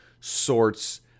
sorts